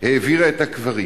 העבירה את הקברים.